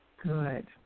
Good